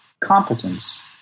competence